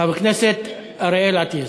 חבר הכנסת אריאל אטיאס.